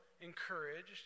encouraged